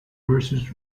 verses